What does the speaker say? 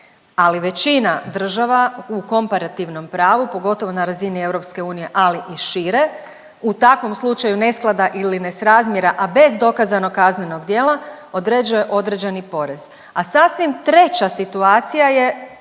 ali većina država u komparativnom pravu, pogotovo na razini EU, ali i šire. U takvom slučaju nesklada ili nesrazmjera, a bez dokazanog kaznenog djela određuje određeni porez, a sasvim treća situacija je